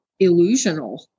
illusional